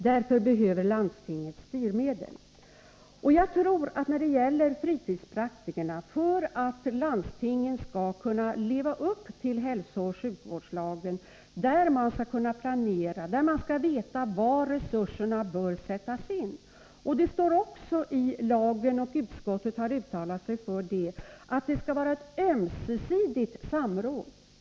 Därför behöver landstinget styrmedel.” Landstingen behöver styrmedel för att kunna leva upp till hälsooch sjukvårdslagen, planera och bedöma var resurserna bör sättas in. Det står också i lagen att det skall — och utskottet har uttalat sig för det — vara ömsesidigt samråd.